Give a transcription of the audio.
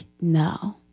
no